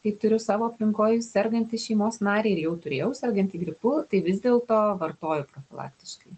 kai turiu savo aplinkoj sergantį šeimos narį ir jau turėjau sergantį gripu tai vis dėlto vartoju profilaktiškai